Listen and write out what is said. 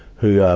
who, ah,